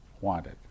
wanted